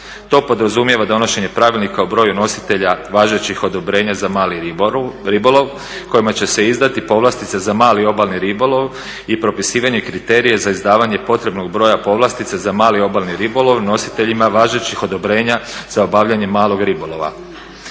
To podrazumijeva donošenje Pravilnika o broju nositelja važećih odobrenja za mali ribolov kojima će se izdati povlastica za mali obalni ribolov i propisivanje kriterija za izdavanje potrebnog broja povlastica za mali obalni ribolov nositeljima važećih odobrenja za obavljanje malog ribolova.